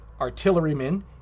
artillerymen